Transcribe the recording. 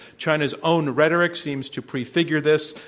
china's own rhetoric seems to prefigure this,